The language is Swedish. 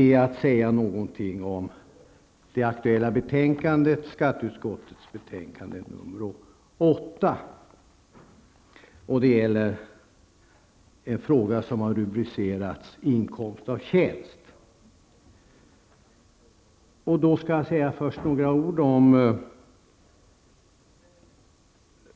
Jag skall säga några ord om det aktuella betänkandet, nämligen skatteutskottets betänkande nr 8. Frågan har rubricerats Inkomst av tjänst. Jag skall först säga några ord om